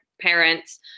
parents